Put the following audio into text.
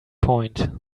point